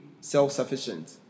self-sufficient